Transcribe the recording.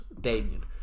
Damien